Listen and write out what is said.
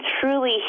truly